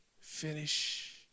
finish